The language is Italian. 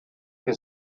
che